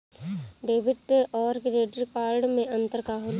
Debit और credit card मे अंतर का होला?